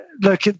Look